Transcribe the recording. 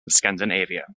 scandinavia